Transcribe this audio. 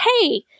hey